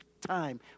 time